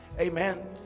amen